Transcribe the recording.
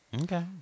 Okay